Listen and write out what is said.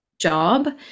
job